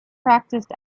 practiced